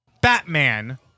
Batman